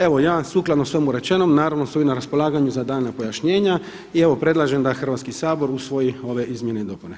Evo ja vam sukladno svemu rečenom naravno stojim na raspolaganju za dana pojašnjenja i evo predlažem da Hrvatski sabor usvoji ove izmjene i dopune.